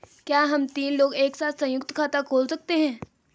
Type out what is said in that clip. क्या हम तीन लोग एक साथ सयुंक्त खाता खोल सकते हैं?